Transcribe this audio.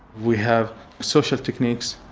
we have social techniques,